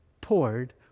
poured